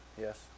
yes